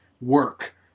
work